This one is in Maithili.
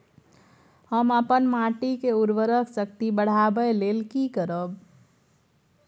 हम अपन माटी के उर्वरक शक्ति बढाबै लेल की करब?